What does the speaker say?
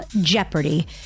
jeopardy